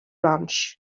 ranch